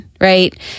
right